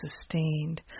sustained